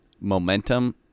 momentum